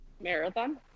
Marathon